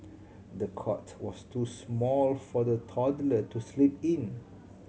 the cot was too small for the toddler to sleep in